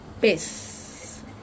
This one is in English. Peace